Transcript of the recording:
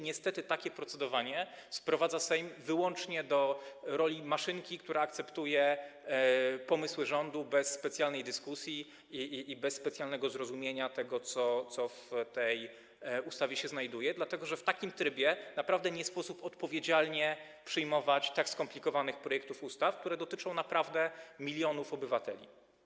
Niestety takie procedowanie sprowadza Sejm wyłącznie do roli maszynki, która akceptuje pomysły rządu bez specjalnej dyskusji i bez specjalnego rozumienia tego, co w ustawie się znajduje, dlatego że w takim trybie naprawdę nie sposób odpowiedzialnie przyjmować tak skomplikowanych projektów ustaw, które dotyczą milionów obywateli.